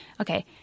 Okay